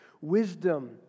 wisdom